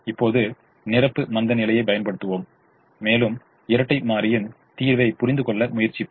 இப்போது நிரப்பு மந்தநிலையைப் பயன்படுத்துவோம் மேலும் இரட்டை மாறியின் தீர்வைப் புரிந்துகொள்ள முயற்சிப்போம்